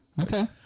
Okay